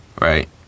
right